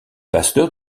pasteur